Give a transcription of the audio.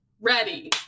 ready